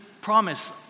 promise